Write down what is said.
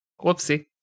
Whoopsie